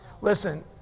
listen